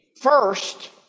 first